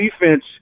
defense